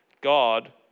God